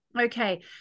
Okay